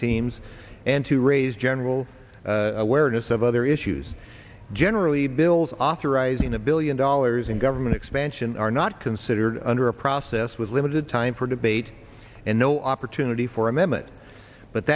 teams and to raise general awareness of other issues generally bills authorizing a billion dollars in government expansion are not considered under a process with limited time for debate and no opportunity for a minute but